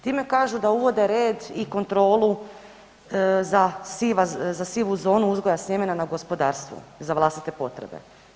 Time kažu da uvode red i kontrolu za siva, za sivu zonu uzgoja sjemena na gospodarstvu za vlastite potrebe.